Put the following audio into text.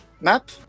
map